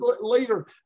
later